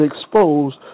exposed